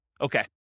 Okay